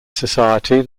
society